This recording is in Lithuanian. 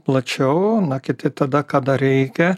plačiau na kiti tada kada reikia